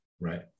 Right